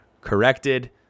corrected